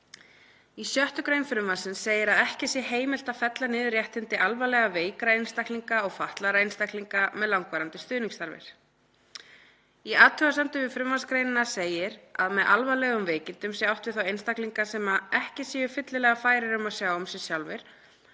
„Í 6. gr. frumvarpsins segir að ekki sé heimilt að fella niður réttindi alvarlega veikra einstaklinga og fatlaðra einstaklinga með langvarandi stuðningsþarfir. Í athugasemdum við frumvarpsgreinina segir að með alvarlegum veikindum sé átt við þá einstaklinga sem ekki séu fyllilega færir um að sjá um sig sjálfir,